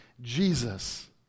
Jesus